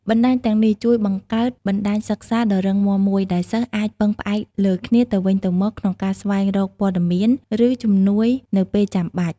បណ្តាញទាំងនេះជួយបង្កើត បណ្តាញសិក្សា ដ៏រឹងមាំមួយ ដែលសិស្សអាចពឹងផ្អែកលើគ្នាទៅវិញទៅមកក្នុងការស្វែងរកព័ត៌មាន ឬជំនួយនៅពេលចាំបាច់។